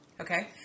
Okay